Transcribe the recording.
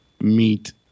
meet